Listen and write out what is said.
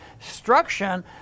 destruction